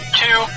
two